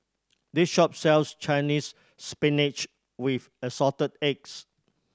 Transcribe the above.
this shop sells Chinese Spinach with Assorted Eggs